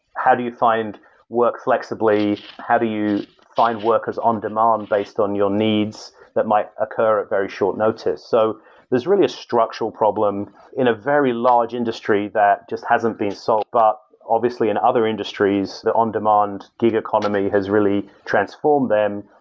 how do you find work flexibly? how do you find workers on-demand based on your needs that might occur at very short notice? so there's really a structural problem in a very large industry that just hasn't been solved, but obviously in other industries, the on-demand gig economy has really transformed them.